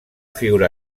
figura